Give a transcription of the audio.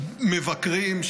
מבקרים,